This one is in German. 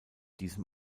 diesem